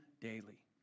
daily